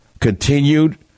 continued